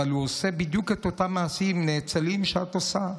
אבל הוא עושה בדיוק את אותם מעשים נאצלים שאת עושה.